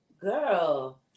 girl